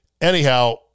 Anyhow